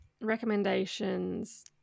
recommendations